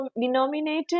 denominator